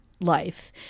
life